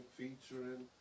featuring